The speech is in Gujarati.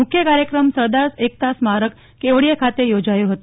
મુખ્ય કાર્યક્રમ સરદાર એકતા સ્મારક કેવડીયા ખાતે થોજાથો હતો